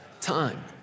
time